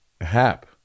hap